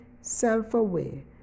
self-aware